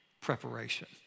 preparation